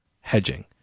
hedging